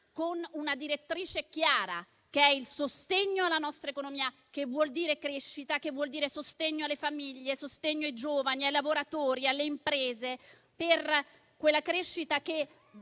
con una direttrice chiara, che è il sostegno alla nostra economia, che vuol dire crescita, sostegno alle famiglie, ai giovani, ai lavoratori e alle imprese; quella crescita è